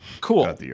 Cool